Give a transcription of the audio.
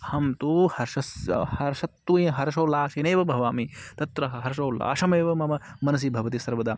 अहं तु हर्षस्य हर्षतया हर्षोल्लासेनैव भवामि तत्र हर्षोल्लासमेव मम मनसि भवति सर्वदा